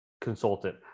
consultant